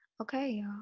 Okay